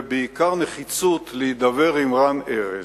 ובעיקר נחיצות, להידבר עם רן ארז.